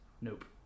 Nope